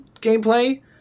gameplay